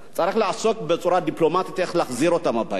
צריך לעשות בצורה דיפלומטית את החזרה שלהם הביתה.